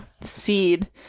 seed